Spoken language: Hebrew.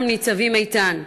אנחנו ניצבים איתן.